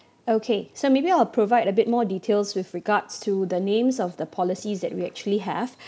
okay so maybe I'll provide a bit more details with regards to the names of the policies that we actually have